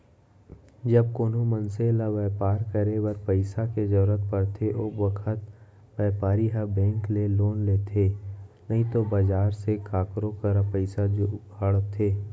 जब कोनों मनसे ल बैपार करे बर पइसा के जरूरत परथे ओ बखत बैपारी ह बेंक ले लोन लेथे नइतो बजार से काकरो करा पइसा जुगाड़थे